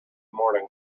morning